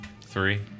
Three